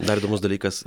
dar įdomus dalykas